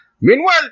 Meanwhile